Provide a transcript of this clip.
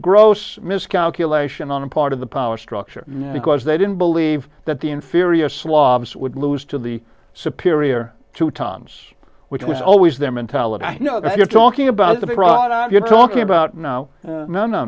gross miscalculation on the part of the power structure because they didn't believe that the inferior slavs would lose to the superior to toms which was always their mentality i know that you're talking about the brought are you talking about now na n